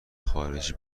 خارجی